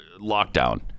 lockdown